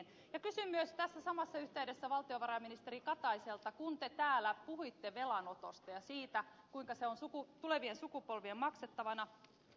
kysyn myös tässä samassa yhteydessä valtiovarainministeri kataiselta siitä kun te täällä puhuitte velanotosta ja siitä kuinka se on tulevien sukupolvien maksettavana